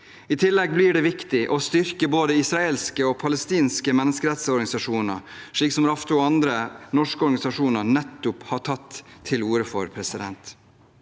I tillegg blir det viktig å styrke både israelske og palestinske menneskerettighetsorganisasjoner, slik Raftostiftelsen og andre norske organisasjoner nettopp har tatt til orde for. Et sterkt